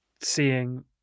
seeing